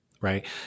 right